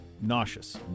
nauseous